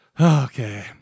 okay